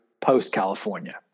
post-California